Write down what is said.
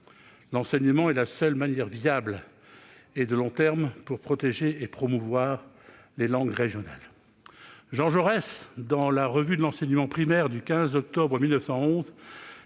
L'enseignement est la seule manière viable et de long terme pour protéger et promouvoir les langues régionales. Jean Jaurès, dans la du 15 octobre 1911,